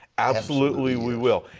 absolutely we will.